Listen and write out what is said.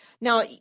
Now